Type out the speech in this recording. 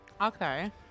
Okay